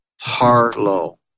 Harlow